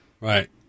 Right